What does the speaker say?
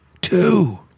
two